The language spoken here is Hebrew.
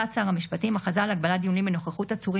ישראל הנכבד,